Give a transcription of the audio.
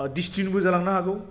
डिसटिउनबो जालांनो हागौ